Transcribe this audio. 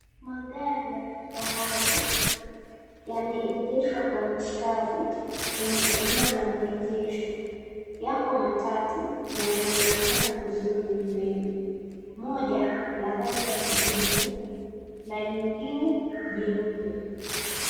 Magari ya kifahari yameegeshwa kwa mstari kwenye eneo la maegesho. Yako matatu na yanaonekana vizuri mbele, moja la rangi ya kijivu na lingine jeupe.